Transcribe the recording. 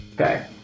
Okay